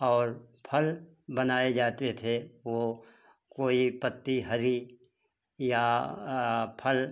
और फल बनाए जाते थे वो कोई पत्ती हरी या फल